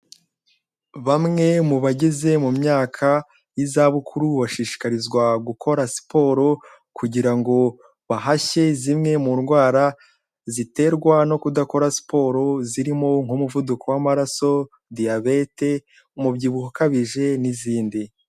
Bamwe mu bageze mu myaka y'izabukuru bashishikarizwa gukora siporo, kugira ngo bahashye zimwe mu ndwara ziterwa no kudakora siporo zirimo nk'umuvuduko w'amaraso, diyabete, umubyibuho ukabije n'izindi.